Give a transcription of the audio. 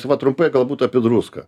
va trumpai galbūt apie druską